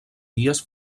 dies